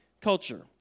culture